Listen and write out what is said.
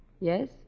Yes